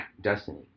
destiny